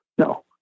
No